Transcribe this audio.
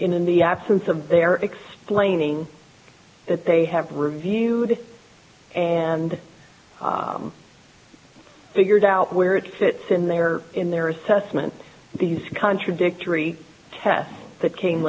in the absence of their explaining that they have reviewed it and figured out where it fits in their in their assessment these contradictory tests that came